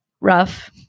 rough